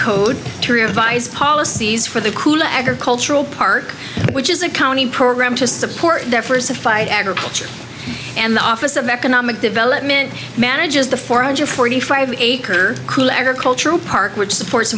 code to revise policies for the cool agricultural park which is a county program to support efforts to fight agriculture and the office of economic development manages the four hundred forty five acre cruel agricultural park which supports